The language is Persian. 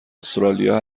استرالیا